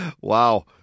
Wow